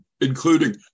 including